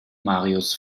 marius